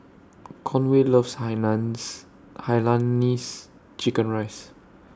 Conway loves Hainan's Hainanese Chicken Rice